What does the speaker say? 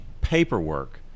paperwork